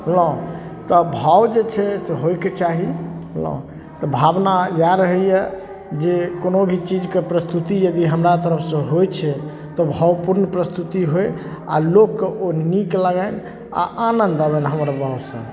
बुझलहुँ तऽ भाव जे छै से होइके चाही बुझलहुँ तऽ भावना इएह रहैए जे कोनो भी चीजके प्रस्तुति यदि हमरा तरफसँ होइ छै तऽ भावपूर्ण प्रस्तुति होय आ लोककेँ ओ नीक लागनि आ आनन्द आबनि हमर भावसँ